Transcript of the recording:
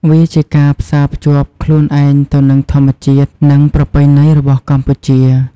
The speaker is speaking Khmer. វាជាការផ្សារភ្ជាប់ខ្លួនឯងទៅនឹងធម្មជាតិនិងប្រពៃណីរបស់កម្ពុជា។